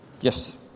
yes